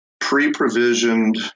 pre-provisioned